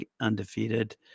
undefeated